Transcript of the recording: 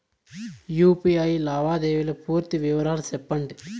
UPI లావాదేవీల పూర్తి వివరాలు సెప్పండి?